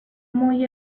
muy